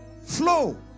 Flow